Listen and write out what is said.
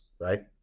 right